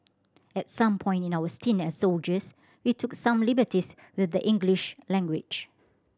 at some point in our stint as soldiers we took some liberties with the English language